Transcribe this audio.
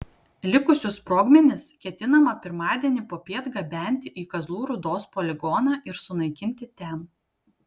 likusius sprogmenis ketinama pirmadienį popiet gabenti į kazlų rūdos poligoną ir sunaikinti ten